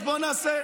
שקר.